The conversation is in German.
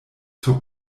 zur